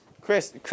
Chris